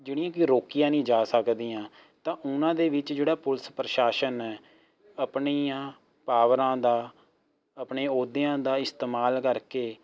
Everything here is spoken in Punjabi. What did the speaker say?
ਜਿਹੜੀਆਂ ਕਿ ਰੋਕੀਆਂ ਨਹੀਂ ਜਾ ਸਕਦੀਆਂ ਤਾਂ ਉਹਨਾਂ ਦੇ ਵਿੱਚ ਜਿਹੜਾ ਪੁਲਿਸ ਪ੍ਰਸ਼ਾਸਨ ਹੈ ਆਪਣੀਆਂ ਪਾਵਰਾਂ ਦਾ ਆਪਣੇ ਅਹੁਦਿਆਂ ਦਾ ਇਸਤੇਮਾਲ ਕਰਕੇ